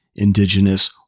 indigenous